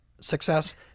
success